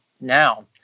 now